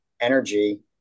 energy